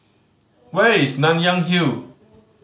where is Nanyang Hill